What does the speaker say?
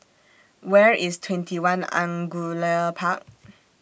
Where IS TwentyOne Angullia Park